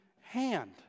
hand